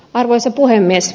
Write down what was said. arvoisa puhemies